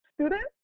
students